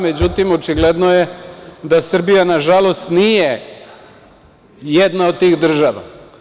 Međutim, očigledno je da Srbija, nažalost, nije jedna od tih država.